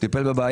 הוא טיפל בבעיה.